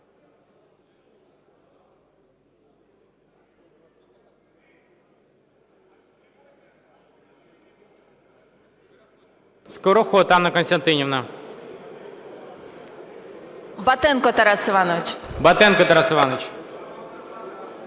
Батенко Тарас Іванович.